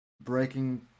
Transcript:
breaking